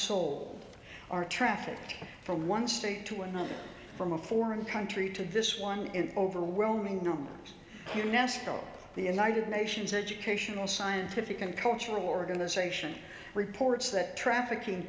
sold are trafficked from one state to another from a foreign country to this one in overwhelming numbers here now still the united nations educational scientific and cultural organization reports that trafficking